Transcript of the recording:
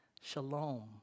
shalom